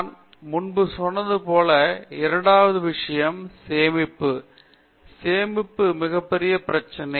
நான் முன்பு சொன்னதுபோல் இரண்டாவது விஷயம் சேமிப்பு சேமிப்பு மிக பெரிய பிரச்சினை